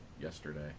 yesterday